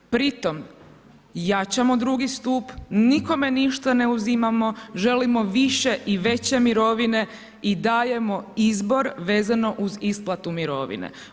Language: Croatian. Pri tom jačamo II stup, nikome ništa ne uzimamo, želimo više i veće mirovine i dajemo izbor vezano uz isplatu mirovine.